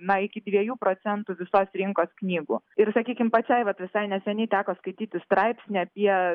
na iki dviejų procentų visos rinkos knygų ir sakykim pačiai vat visai neseniai teko skaityti straipsnį apie